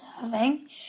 serving